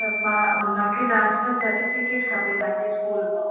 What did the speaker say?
त मां मूंखे ट्रांसफ़र सर्टिफ़िकेट खपे तव्हांजे स्कूल मां